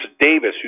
Davis